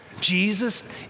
Jesus